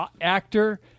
actor